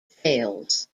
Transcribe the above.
fails